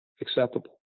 acceptable